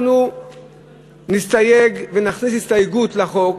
אנחנו נסתייג, נכניס הסתייגות לחוק,